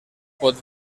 pot